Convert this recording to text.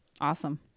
Awesome